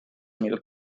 mil